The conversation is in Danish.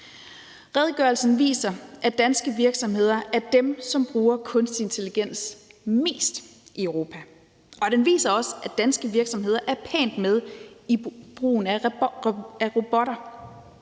Redegørelsen viser, at danske virksomheder er dem, som bruger kunstig intelligens mest i Europa, og den viser også, at danske virksomheder er pænt med i brugen af robotter.